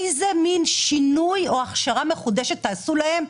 איזה מין שינוי או הכשרה מחודשת תעשו להן?